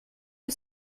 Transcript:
que